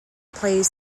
plays